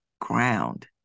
ground